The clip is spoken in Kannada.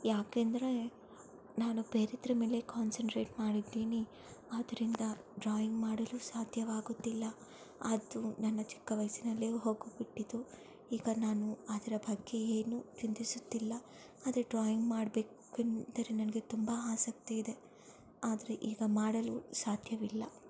ಯಾಕೆಂದರೆ ನಾನು ಬೇರೇದರ ಮೇಲೆ ಕಾನ್ಸನ್ಟ್ರೇಟ್ ಮಾಡಿದ್ದೀನಿ ಆದರಿಂದ ಡ್ರಾಯಿಂಗ್ ಮಾಡಲು ಸಾಧ್ಯವಾಗುತ್ತಿಲ್ಲ ಅದು ನನ್ನ ಚಿಕ್ಕ ವಯಸ್ಸಿನಲ್ಲಿಯೇ ಹೋಗಿಬಿಟ್ಟಿತ್ತು ಈಗ ನಾನು ಅದರ ಬಗ್ಗೆ ಏನೂ ಚಿಂತಿಸುತ್ತಿಲ್ಲ ಆದರೆ ಡ್ರಾಯಿಂಗ್ ಮಾಡ್ಬೇಕು ಎಂದರೆ ನನಗೆ ತುಂಬ ಆಸಕ್ತಿ ಇದೆ ಆದರೆ ಈಗ ಮಾಡಲು ಸಾಧ್ಯವಿಲ್ಲ